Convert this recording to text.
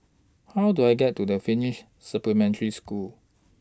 How Do I get to The Finnish Supplementary School